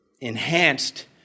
enhanced